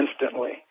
instantly